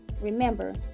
Remember